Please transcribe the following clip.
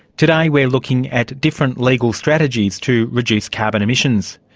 today we are looking at different legal strategies to reduce carbon emissions.